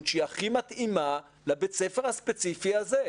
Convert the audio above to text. שהכי מתאימה לבית הספר הספציפי הזה?